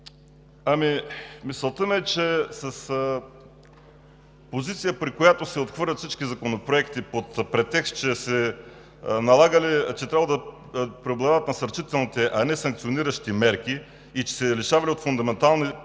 Мисълта ми е, че с позиция, при която се отхвърлят всички законопроекти под претекст, че трябвало да преобладават насърчителните, а не санкциониращите мерки и че се лишавали от фундаментални